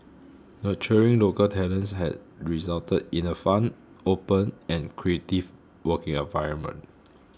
nurturing local talents has resulted in a fun open and creative working environment